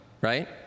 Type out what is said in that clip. right